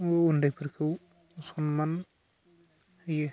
उन्दैफोरखौ सन्मान होयो